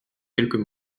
quelques